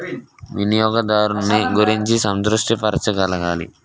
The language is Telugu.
వినియోగదారున్ని గుర్తించి సంతృప్తి పరచగలగాలి